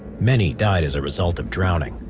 many died as a result of drowning,